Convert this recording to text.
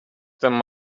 them